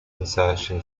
insertion